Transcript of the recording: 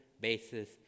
basis